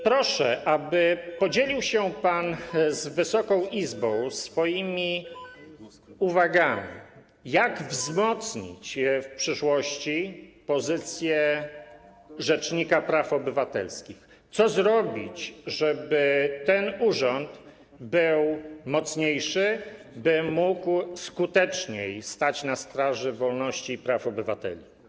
Proszę, aby podzielił się pan z Wysoką Izbą swoimi uwagami, jak wzmocnić w przyszłości pozycję rzecznika praw obywatelskich, co zrobić, żeby ten urząd był mocniejszy, by mógł skuteczniej stać na straży wolności i praw obywateli.